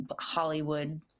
Hollywood